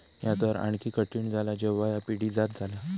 ह्या तर आणखी कठीण झाला जेव्हा ह्या पिढीजात झाला